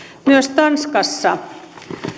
myös tanskassa